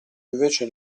invece